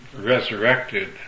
resurrected